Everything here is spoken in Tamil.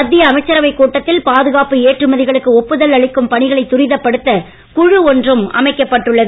மத்திய அமைச்சரவைக் கூட்டத்தில் பாதுகாப்பு ஏற்றுமதிகளுக்கு ஒப்புதல் அளிக்கும் பணிகளை துரிதப்படுத்த குழு ஒன்றும் அமைக்கப்பட்டுள்ளது